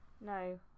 no